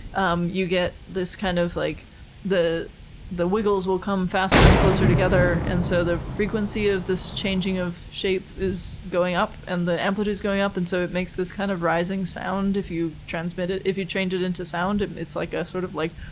um you get this, kind of like the the wiggles will come faster and closer together. and so the frequency of this changing of shape is going up, and the amplitude is going up, and so it makes this kind of rising sound if you transmit it. if you change it into sound and it's like ah sort of like.